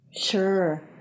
Sure